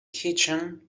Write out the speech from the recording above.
kitchen